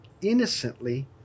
innocently